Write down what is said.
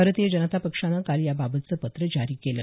भारतीय जनता पक्षाने काल याबाबतचं पत्र जारी केलं